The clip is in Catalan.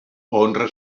honra